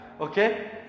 Okay